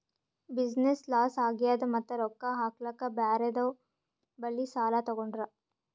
business loss ಆಗ್ಯಾದ್ ಮತ್ತ ರೊಕ್ಕಾ ಹಾಕ್ಲಾಕ್ ಬ್ಯಾರೆದವ್ ಬಲ್ಲಿ ಸಾಲಾ ತೊಗೊಂಡ್ರ